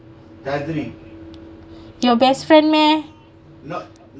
your best friend meh